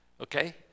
okay